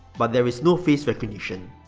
but there is no face recognition.